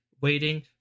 waiting